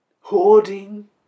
Hoarding